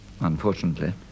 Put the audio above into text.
unfortunately